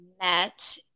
met